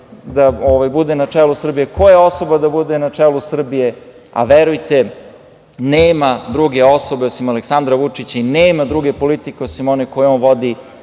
da bude na čelu Srbije, koja osoba da bude na čelu Srbije. Verujte, nema druge osobe osim Aleksandra Vučića i nema druge politike osim one koju on vodi,